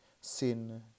Sin